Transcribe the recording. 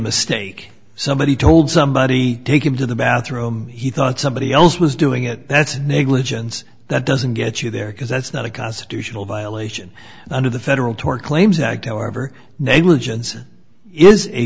mistake somebody told somebody take him to the bathroom he thought somebody else was doing it that's negligence that doesn't get you there because that's not a constitutional violation under the federal tort claims act however negligence is a